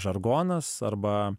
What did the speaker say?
žargonas arba